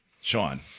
Sean